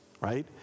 right